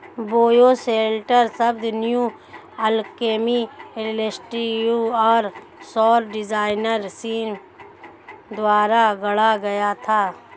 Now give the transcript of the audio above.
bioshelter शब्द new alchemy institute और सौर डिजाइनर सीन द्वारा गढ़ा गया था